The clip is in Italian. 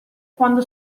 quando